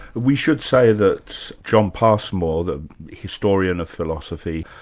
we should say that john passmore, the historian of philosophy,